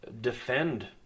defend